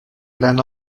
gran